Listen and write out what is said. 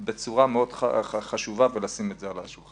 עם כל החשיבות שלו ולשים את זה על השולחן.